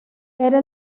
era